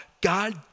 God